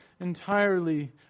entirely